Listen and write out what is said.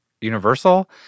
universal